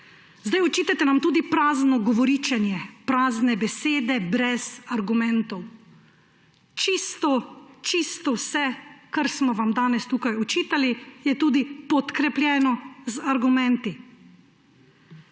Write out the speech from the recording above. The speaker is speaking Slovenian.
Očitate nam tudi prazno govoričenje, prazne besede brez argumentov. Čisto čisto vse, kar smo vam danes tukaj očitali, je tudi podkrepljeno z argumenti.